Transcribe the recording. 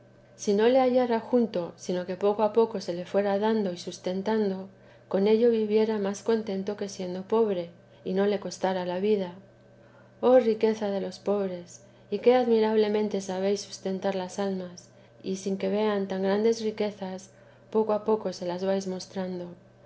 si no le hallara junto sino que poco a poco se le fueran dando y sustentando con ello viviera más contento que siendo pobre y no le costara la vida oh riqueza de los pobres y qué admirablemente sabéis sustentar las almas y sin que vean tan grandes riquezas poco a poco se las vais mostrando